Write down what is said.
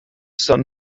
sun